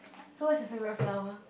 so what is your favourite flower